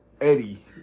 Eddie